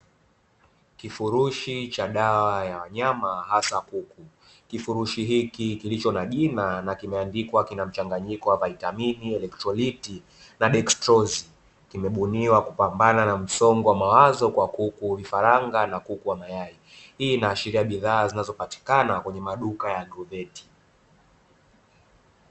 Kifurushi cha dawa ya wanyama hasa kuku, kifurushi hiki kilicho na jina na kimeandikwa kina mchanganyiko wa vitamini, elektrodiki na deksitozi kimebuniwa kupambana na msongo wa mawazo kwa kuku, vifaranga na kuku wa mayai. Hii inaashiria bidhaa zinazopatikana kwenye maduka ya agroveti.